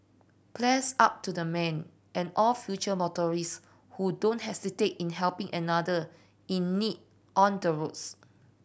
bless up to the man and all future motorists who don't hesitate in helping another in need on the roads